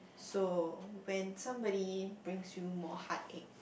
so when somebody brings you more heart ache